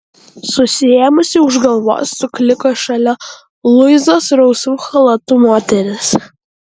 susiėmusi už galvos sukliko šalia luizos rausvu chalatu moteris